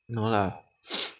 no lah